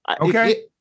Okay